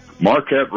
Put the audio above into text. Marquette